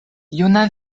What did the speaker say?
juna